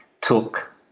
took